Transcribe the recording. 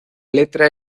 letra